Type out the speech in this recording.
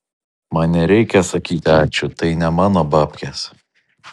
man nereikia sakyti ačiū tai ne mano babkės